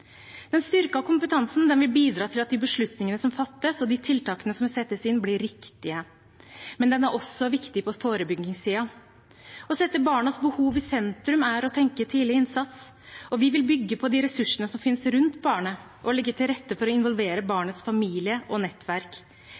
Den styrkede kompetansen vil bidra til at de beslutningene som fattes, og de tiltakene som settes inn, blir riktige. Den er også viktig på forebyggingssiden. Å sette barnas behov i sentrum er å tenke tidlig innsats. Vi vil bygge på de ressursene som finnes rundt barnet, og legge til rette for å involvere barnets familie og nettverk.